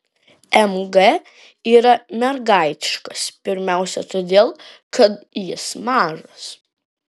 mg yra mergaitiškas pirmiausia todėl kad jis mažas